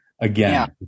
again